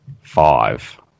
five